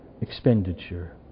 expenditure